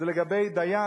זה לגבי דיין,